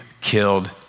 killed